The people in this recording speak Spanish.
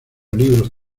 libros